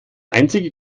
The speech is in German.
einzige